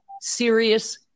serious